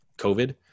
COVID